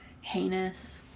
heinous